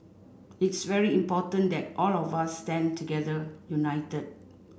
it's very important that all of us stand together united